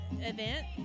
event